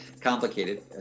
complicated